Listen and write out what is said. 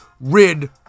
rid